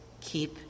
keep